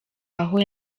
aho